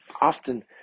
often